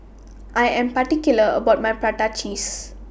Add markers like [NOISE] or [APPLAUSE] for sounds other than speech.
I Am particular about My Prata Cheese [NOISE]